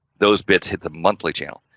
those bits hit the monthly channel.